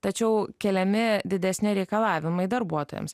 tačiau keliami didesni reikalavimai darbuotojams